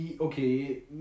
Okay